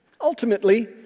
Ultimately